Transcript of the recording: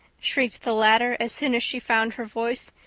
shrieked the latter, as soon as she found her voice.